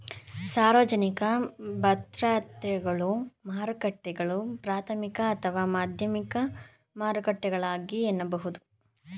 ಸಾರ್ವಜನಿಕ ಭದ್ರತೆಗಳ ಮಾರುಕಟ್ಟೆಗಳು ಪ್ರಾಥಮಿಕ ಅಥವಾ ಮಾಧ್ಯಮಿಕ ಮಾರುಕಟ್ಟೆಗಳಾಗಿವೆ ಎನ್ನಬಹುದು